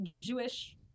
Jewish